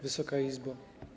Wysoka Izbo!